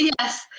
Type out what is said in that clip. Yes